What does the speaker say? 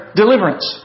deliverance